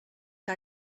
que